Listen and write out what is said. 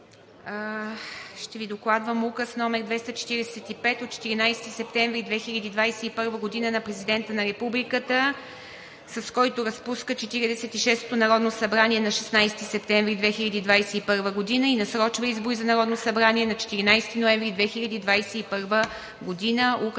Ще Ви докладвам Указ № 245 от 14 септември 2021 г. на Президента на Републиката, с който разпуска 46-ото народно събрание на 16 септември 2021 г. и насрочва избори за Народно събрание на 14 ноември 2021 г.